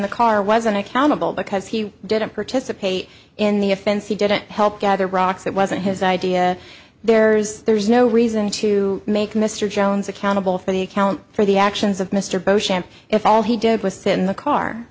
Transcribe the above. the car wasn't accountable because he didn't participate in the offense he didn't help gather rocks it wasn't his idea there's there's no reason to make mr jones accountable for the account for the actions of mr beauchamp if all he did was sit in the car